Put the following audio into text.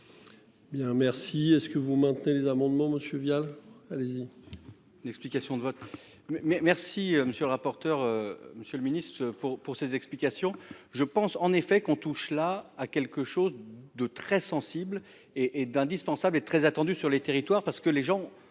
merci. Est ce que vous maintenez les amendements monsieur Vial, allez-y. L'explication de vote. Mais, merci monsieur le rapporteur. Monsieur le Ministre, pour, pour ces explications, je pense en effet qu'on touche là à quelque chose de très sensible et et d'indispensable et très attendu sur les territoires parce que les gens